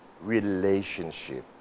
relationship